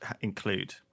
include